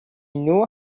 knew